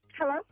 Hello